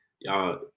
y'all